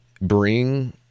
bring